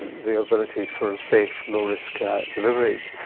the ability for safe, low-risk deliveries.